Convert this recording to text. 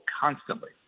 constantly